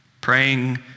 praying